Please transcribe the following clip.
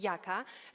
Jaka?